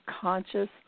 conscious